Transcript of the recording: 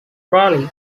crawley